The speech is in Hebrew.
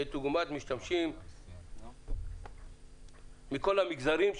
כדוגמת משתמשים מכל המגזרים.